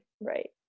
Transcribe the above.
Right